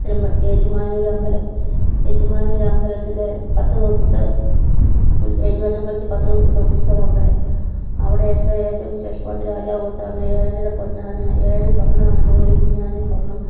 ഏറ്റുമാനൂരമ്പലം ഏറ്റുമാനൂരമ്പലത്തിലെ പത്ത് ദിവസത്തെ ഉത്സവം ഏറ്റുമാനൂരമ്പലത്തിൽ പത്ത് ദിവസത്തെ ഉത്സവം ഉണ്ട് അവിടെ ഏറ്റോം ഏറ്റോം വിശേഷപ്പെട്ട രാജാവ് കൊടുത്തതാണ് ഏഴര പൊന്നാന ഏഴ് സ്വർണ്ണ ആനകളും ഒരു കുഞ്ഞാന സ്വർണ്ണം